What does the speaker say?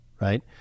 Right